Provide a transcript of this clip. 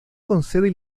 concede